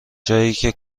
جاییکه